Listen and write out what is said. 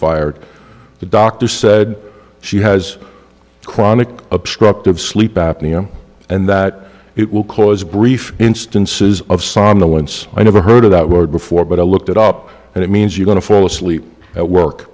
fired the doctor said she has chronic obstructive sleep apnea and that it will cause a brief instances of some the once i never heard of that word before but i looked it up and it means you going to fall asleep at work